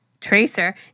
tracer